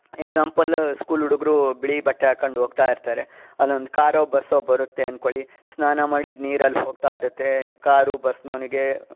example school ಹುಡುಗ್ರು ಬಿಳಿ ಬಟ್ಟೆ ಹಾಕಂಡ್ ಹೋಗ್ತಾ ಇರ್ತಾರೆ ಅಲ್ಲೊಂದು ಕಾರೋ ಬಸ್ಸೋ ಬರುತ್ತೆ ಅನ್ಕೊಳ್ಳಿ ಸ್ನಾನ ಮಾಡಿದ ನೀರು ಅಲ್ಲಿ ಹೋಗ್ತಾ ಇರುತ್ತೆ ಕಾರು ಬಸ್ನವನಿಗೆ